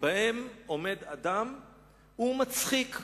כאשר עומד אדם ומצחיק.